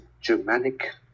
Germanic